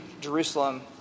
Jerusalem